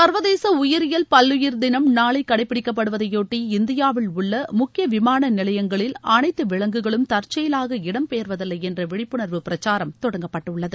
சர்வதேச உயிரியல் பல்லுயிர் தினம் நாளை கடைப்பிடிக்கப்படுவதைபொட்டி இந்தியாவில் உள்ள முக்கிய விமான நிலையங்களில் அனைத்து விலங்குகளும் தற்செயலாக இடம் பெயர்வதில்லை என்ற விழிப்புணர்வு பிரச்சாரம் தொடங்கப்பட்டுள்ளது